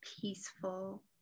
peaceful